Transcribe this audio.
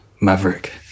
Maverick